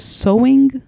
sewing